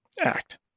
Act